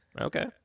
Okay